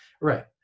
right